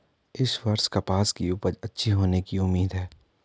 इस वर्ष कपास की उपज अच्छी होने की उम्मीद है